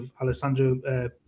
Alessandro